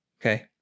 okay